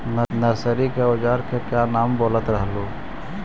Nursery के ओजार के क्या नाम बोलत रहलू?